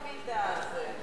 מאיפה המידע הזה?